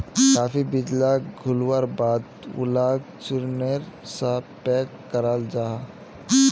काफी बीज लाक घोल्वार बाद उलाक चुर्नेर सा पैक कराल जाहा